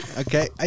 Okay